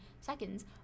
seconds